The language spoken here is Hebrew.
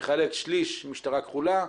לחלק שליש משטרה כחולה,